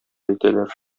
әйтәләр